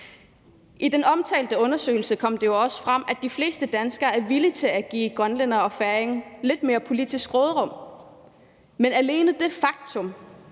I den omtalte undersøgelse kom det jo også frem, at de fleste danskere er villige til at give grønlændere og færinger lidt mere politisk råderum, men alene det